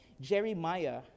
Jeremiah